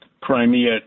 Crimea